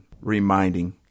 reminding